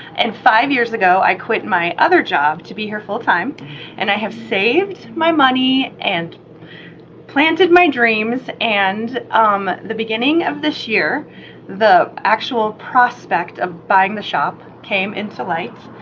and five years ago i quit my other job to be here full-time and i have saved my money and planted my dreams and, um, the beginning of this year the actual prospect of buying the shop came into light,